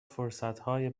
فرصتهای